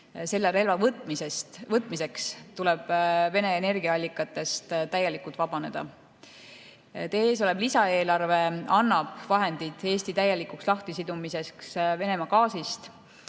Selle relva äravõtmiseks tuleb Vene energiaallikatest täielikult vabaneda. Teie ees olev lisaeelarve annab vahendid Eesti täielikuks lahtisidumiseks Venemaa gaasist.